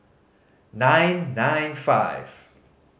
nine nine five